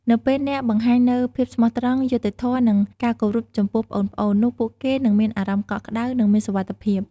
នៅពេលអ្នកបង្ហាញនូវភាពស្មោះត្រង់ យុត្តិធម៌ និងការគោរពចំពោះប្អូនៗ នោះពួកគេនឹងមានអារម្មណ៍កក់ក្ដៅ និងមានសុវត្ថិភាព ។